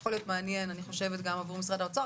זה יכול להיות מעניין אני חושבת גם עבור משרד האוצר,